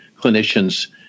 clinicians